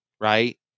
right